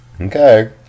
Okay